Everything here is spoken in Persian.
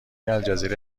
الجزیره